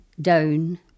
down